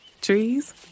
Trees